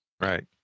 right